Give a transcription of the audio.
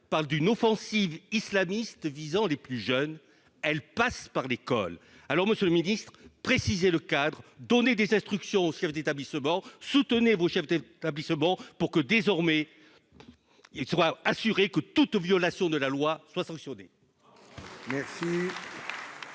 parle d'une offensive islamiste visant les plus jeunes, elle passe par l'école, alors Monsieur le Ministre, préciser le cadre donné des instructions au chef d'établissement, soutenez-vous, chef d'établissement pour que désormais il soit assuré que toute violation de la loi soient sanctionnés.